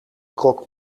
croque